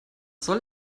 soll